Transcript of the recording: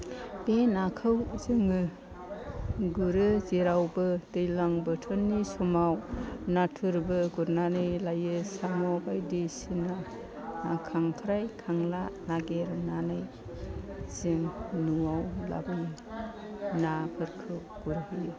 बे नाखौ जोङो गुरो जेरावबो दैज्लां बोथोरनि समाव नाथुरबो गुरनानै लायो साम' बायदिसिना बा खांख्राइ खांला नागिरनानै जों न'आव लाबोयो नाफोरखौ गुरहैयो